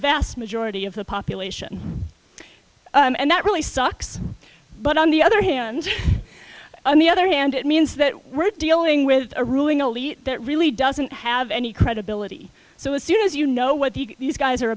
majority of the population and that really sucks but on the other hand on the other hand it means that we're dealing with a ruling elite that really doesn't have any credibility so as soon as you know what the these guys are